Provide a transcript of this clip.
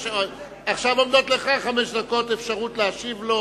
עכשיו עומדות לרשותך חמש דקות להשיב לו